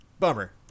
bummer